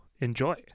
enjoy